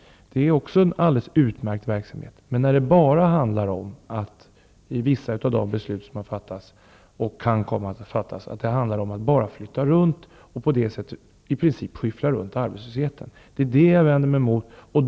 Men de beslut som har fattats och som skall fattas som bara handlar om att flytta runt jobb och i princip skyffla runt arbetslösheten, vänder jag mig mot.